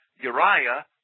Uriah